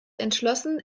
entschlossen